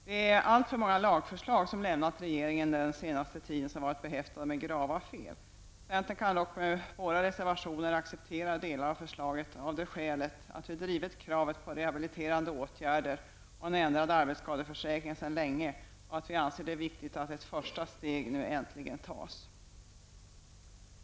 Det är alltför många lagförslag som lämnat regeringen den senaste tiden som varit behäftade med grava fel. Vi i centern kan dock med våra reservationer acceptera delar av förslaget av det skälet att vi länge drivit kravet på rehabiliterande åtgärder och en ändrad arbetsskadeförsäkring och att vi anser det viktigt att ett första steg nu äntligen tas.